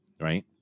right